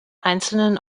einzelnen